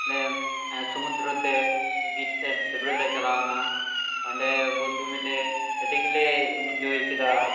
ᱞᱮ ᱥᱚᱢᱩᱫᱽᱨᱩᱛᱮ ᱵᱤᱪ ᱛᱮ ᱰᱟᱹᱵᱽᱨᱟᱹᱜ ᱞᱮ ᱪᱟᱞᱟᱣ ᱱᱟ ᱚᱸᱰᱮ ᱵᱚᱱᱫᱷᱩ ᱢᱤᱞᱮ ᱟᱰᱤᱜᱮᱞᱮ ᱤᱱᱡᱚᱭ ᱠᱮᱫᱟ